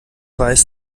weiß